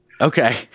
okay